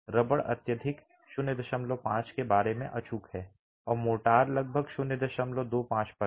रबड़ अत्यधिक 05 के बारे में अचूक है और मोर्टार लगभग 025 पर है